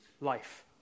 life